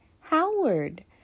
Howard